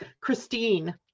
Christine